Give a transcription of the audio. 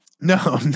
No